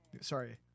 Sorry